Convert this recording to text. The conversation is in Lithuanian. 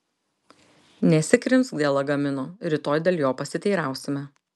nesikrimsk dėl lagamino rytoj dėl jo pasiteirausime